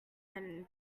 than